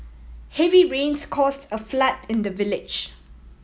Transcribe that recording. heavy rains caused a flood in the village